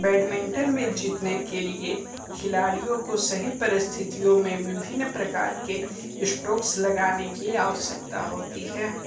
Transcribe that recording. badminton में जीतने के लिए खिलाड़ियों को सही परिस्थितियों में विभिन्न प्रकार के स्टॉक्स लगाने की आवश्यकता होती है